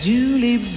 Julie